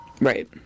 right